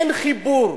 אין חיבור,